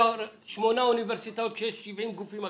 שמונה אוניברסיטאות כשיש 70 גופים אקדמים,